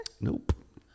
Nope